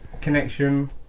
connection